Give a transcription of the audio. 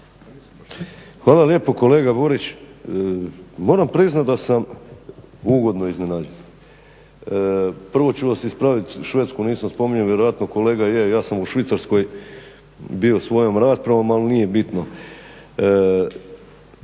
Hvala lijepa. Kolega Borić, moram priznat da sam ugodno iznenađen. Prvo ću vas ispraviti Švedsku nisam spominjao, vjerojatno kolega je, ja sam u Švicarskoj bio sa svojom raspravom ali nije bitno.